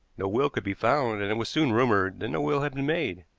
no will could be found, and it was soon rumored that no will had been made.